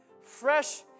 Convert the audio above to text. fresh